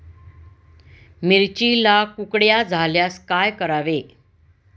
मिरचीला कुकड्या झाल्यास काय करावे?